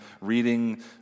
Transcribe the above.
reading